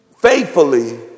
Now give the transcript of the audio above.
faithfully